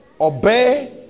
obey